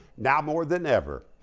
now more than ever.